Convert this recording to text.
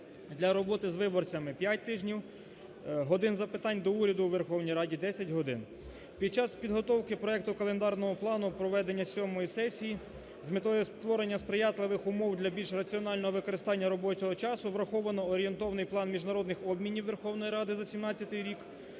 для роботи з виборцями – 5 тижнів, "годин запитань до Уряду" у Верховній Раді – 10 годин. Під час підготовки проекту календарного плану проведення сьомої сесії з метою створення сприятливих умов для більш раціонального використання робочого часу враховано орієнтовний план міжнародних обмінів Верховної Ради за 2017 рік.